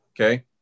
Okay